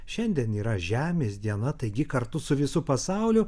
šiandien yra žemės diena taigi kartu su visu pasauliu